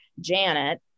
janet